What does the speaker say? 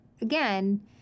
again